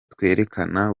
twerekana